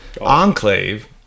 enclave